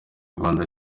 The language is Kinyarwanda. rwanda